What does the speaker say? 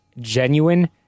genuine